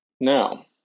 Now